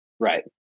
Right